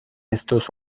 estos